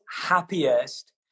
happiest